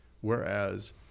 Whereas